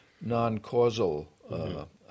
non-causal